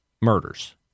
murders